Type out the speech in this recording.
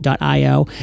.io